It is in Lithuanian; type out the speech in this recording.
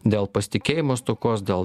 dėl pasitikėjimo stokos dėl